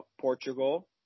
Portugal